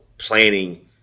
planning